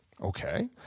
Okay